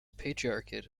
patriarchate